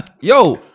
yo